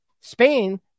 Spain